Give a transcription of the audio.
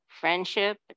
friendship